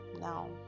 now